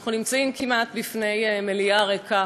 אנחנו נמצאים בפני מליאה כמעט ריקה,